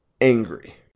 angry